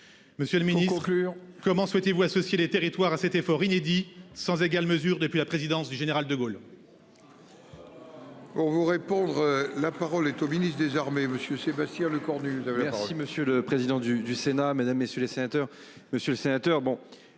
Monsieur le ministre, conclure. Comment souhaitez-vous associer les territoires à cet effort inédit sans égal mesure depuis la présidence du général De Gaulle. Pour vous répondre. La parole est au ministre des armées, monsieur Sébastien Lecornu derrière. Si Monsieur le président du Sénat, Mesdames, messieurs les sénateurs,